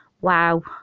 wow